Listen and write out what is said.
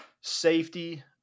safety